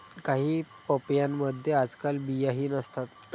काही पपयांमध्ये आजकाल बियाही नसतात